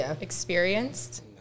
experienced